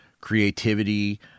creativity